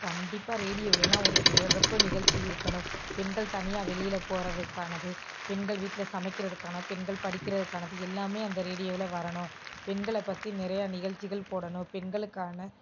கண்டிப்பாக ரேடியோவில் எல்லாம் ஒரு சிறப்பு நிகழ்ச்சி இருக்கணும் பெண்கள் தனியாக வெளியில் போகிறதுக்கானது பெண்கள் வீட்டில் சமைக்கிறதுக்கான பெண்கள் படிக்கிறதுக்கானது எல்லாமே அந்த ரேடியோவில் வரணும் பெண்களை பற்றி நிறையா நிகழ்ச்சிகள் போடணும் பெண்களுக்கான